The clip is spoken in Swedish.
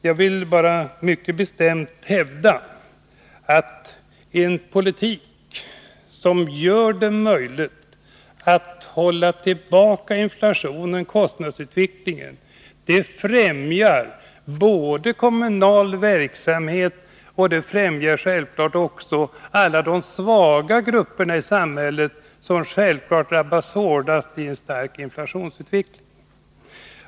Jag vill bara mycket bestämt hävda att en politik som gör det möjligt att hålla tillbaka inflationen, kostnadsutvecklingen, främjar både den kommunala verksamheten och alla de svaga grupperna i samhället, som drabbas hårdast vid en stark inflationsutveckling.